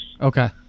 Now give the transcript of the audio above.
Okay